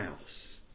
house